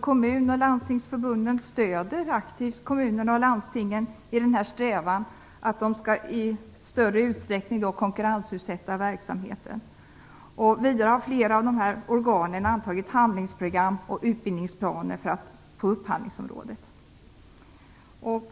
Kommun och landstingsförbunden stöder aktivt kommunerna och landstingen i strävan att i större utsträckning konkurrensutsätta verksamheten. Vidare har flera av dessa organ antagit handlingsprogram och utbildningsplaner för upphandlingsområdet.